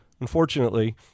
unfortunately